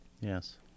Yes